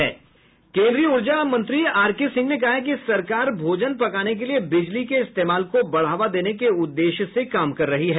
केन्द्रीय ऊर्जा मंत्री आर के सिंह ने कहा है कि सरकार भोजन पकाने के लिए बिजली के इस्तेमाल को बढ़ावा देने के उद्देश्य से काम कर रही है